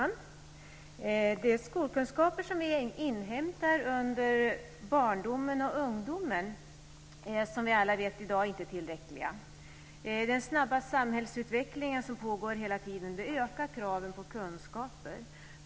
Herr talman! De skolkunskaper som vi inhämtar under barndomen och ungdomen är, som vi alla vet i dag, inte tillräckliga. Den snabba samhällsutvecklingen som pågår hela tiden ökar kraven på kunskaper.